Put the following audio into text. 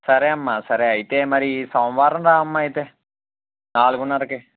సరే అమ్మా సరే అయితే మరి ఈ సోమవారం రావమ్మ అయితే నాలుగున్నరకి